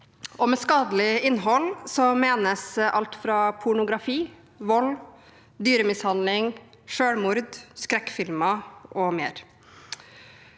Med skadelig innhold menes alt fra pornografi, vold, dyremishandling, selvmord, skrekkfilmer med mer.